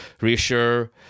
reassure